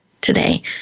today